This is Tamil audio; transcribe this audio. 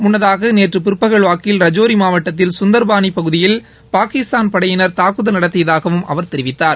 முன்னதாக நேற்று பிற்பகல் வாக்கில் ரஜோரி மாவட்டத்தில் சுந்தர்பாணி பகுதியில் பாகிஸ்தான் படையினர் தாக்குதல் நடத்தியதாகவும் அவர் தெரிவித்தார்